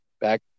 back